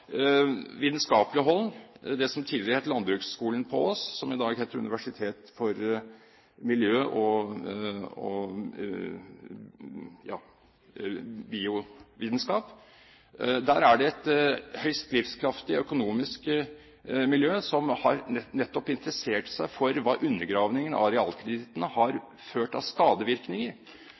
vitenskapelig hold. Ved det som tidligere het Norges Landbrukshøgskole, på Ås, som i dag heter Universitetet for miljø- og biovitenskap, er det et høyst livskraftig økonomisk miljø som nettopp har interessert seg for hva undergravingen av realkredittene har ført til av skadevirkninger.